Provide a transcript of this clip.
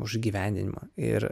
už įgyvendinimą ir